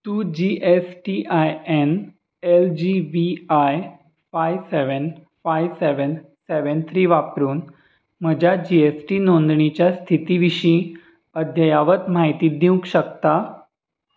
तूं G F T I N L G B I five seven five seven seven three वापरून म्हज्या G S T नोंदणीचे स्थिती विशीं अद्यावत म्हायती दिवंक शकता